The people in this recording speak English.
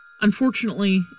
Unfortunately